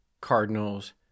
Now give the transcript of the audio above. Cardinals